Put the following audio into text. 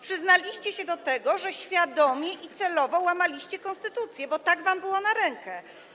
Przyznaliście się do tego, że świadomie i celowo łamaliście konstytucję, bo tak wam było na rękę.